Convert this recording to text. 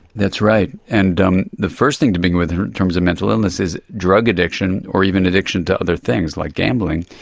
that's right, and um the first thing to begin with in terms of mental illness is drug addiction or even addiction to other things like gambling,